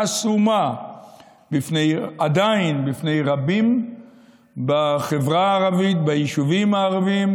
חסומה עדיין בפני רבים בחברה הערבית ביישובים הערביים,